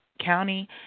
County